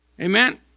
Amen